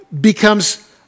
becomes